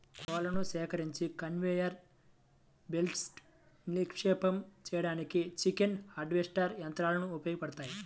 కోళ్లను సేకరించి కన్వేయర్ బెల్ట్పై నిక్షిప్తం చేయడానికి చికెన్ హార్వెస్టర్ యంత్రాలు ఉపయోగపడతాయి